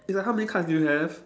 is like how many cards do you have